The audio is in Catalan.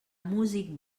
músic